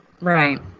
right